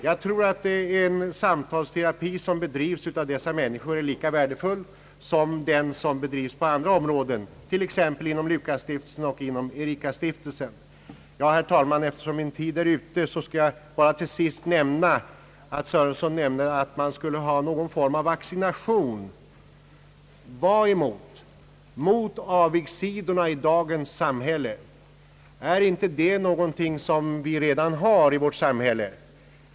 Jag tror också att den samtalsterapi som bedrivs av dessa människor är lika värdefull som den som bedrivs inom andra områden, t.ex. S:t Lukasstiftelsen och Ericastiftelsen. Eftersom tiden för min replik är ute skall jag till sist bara bemöta herr Sörensons yttrande att det borde finnas någon form av vaccination. Emot vad? Jo, mot avigsidorna i dagens samhälle! Är inte det något som vi redan har i dagens samhälle?